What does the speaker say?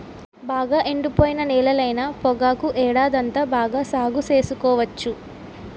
బాగా ఎండిపోయిన నేలైన పొగాకు ఏడాదంతా బాగా సాగు సేసుకోవచ్చు